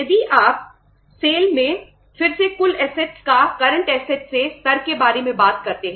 यदि आप सेल हैं